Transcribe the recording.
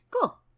Cool